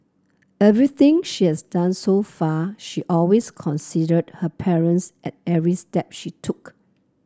everything she has done so far she always considered her parents at every step she took